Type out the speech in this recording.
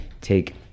take